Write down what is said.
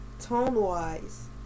tone-wise